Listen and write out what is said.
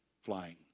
flying